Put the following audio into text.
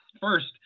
first